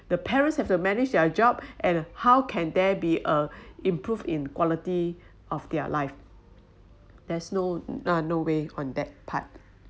the parents have to manage their job and how can there be a improve in quality of their life there's no uh no way on that part